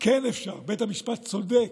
כן אפשר, בית המשפט צודק.